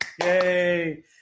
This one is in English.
Yay